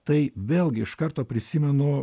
tai vėlgi iš karto prisimenu